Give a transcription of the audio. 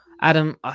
Adam